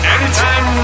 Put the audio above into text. Anytime